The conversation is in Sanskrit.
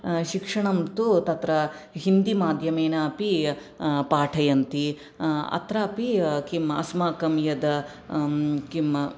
शिक्षणं तु तत्र हिन्दिमाध्यमेनापि अपि तत्र पाठयन्ति अत्रापि किं अस्माकं यद् किं